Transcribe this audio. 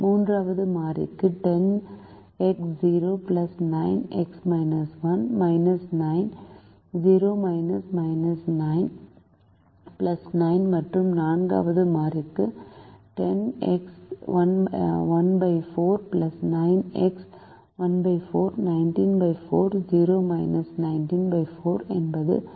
மூன்றாவது மாறிக்கு 9 0 9 மற்றும் 4 வது மாறிக்கு 10x 14 9x 14 19 4 0 19 4 என்பது -194